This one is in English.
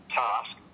task